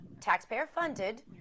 taxpayer-funded